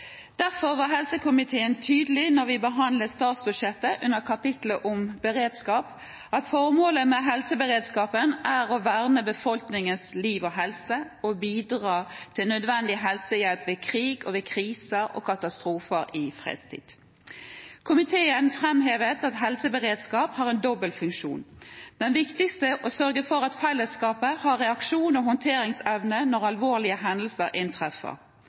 Derfor var helsekomiteen tydelig på, da vi behandlet statsbudsjettet, under kapitlet om beredskap, at formålet med helseberedskapen er å verne befolkningens liv og helse og bidra til nødvendig helsehjelp ved krig og kriser og ved katastrofer i fredstid. Komiteen framhevet at helseberedskap har en dobbel funksjon. Den viktigste er å sørge for at fellesskapet har reaksjons- og håndteringsevne når alvorlige hendelser inntreffer.